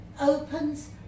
opens